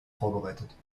vorbereitet